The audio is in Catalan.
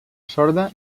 sorda